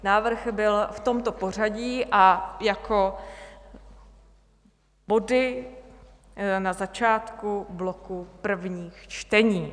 Návrh byl v tomto pořadí a jako body na začátku bloku prvních čtení.